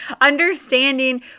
Understanding